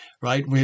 Right